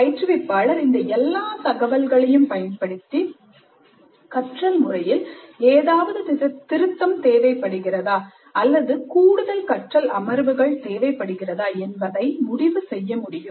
பயிற்றுவிப்பாளர் இந்த எல்லா தகவல்களையும் பயன்படுத்தி கற்றல் முறையில் ஏதாவது திருத்தம் தேவைப்படுகிறதா அல்லது கூடுதல் கற்றல் அமர்வுகள் தேவைப்படுகிறதா என்பதை முடிவு செய்ய முடியும்